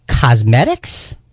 cosmetics